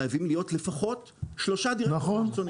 חייבים להיות לפחות שלושה דירקטוריונים חיצוניים --- נכון,